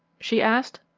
she asked.